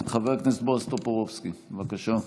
חבר הכנסת בועז טופורובסקי, בבקשה.